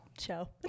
Show